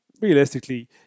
realistically